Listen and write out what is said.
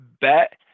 bet